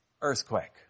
earthquake